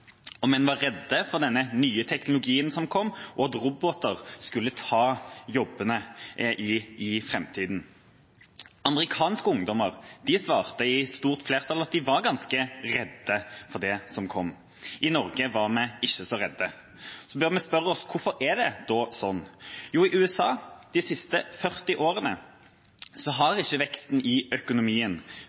om de var redde for den nye teknologien som kommer, og for at roboter skulle ta jobbene i framtida. Et stort flertall av amerikanske ungdommer svarte at de var ganske redde for det som kommer. I Norge var vi ikke så redde. Så bør vi spørre oss: Hvorfor er det da sånn? Jo, de siste 40 årene i USA har ikke veksten i økonomien